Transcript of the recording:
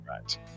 right